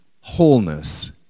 wholeness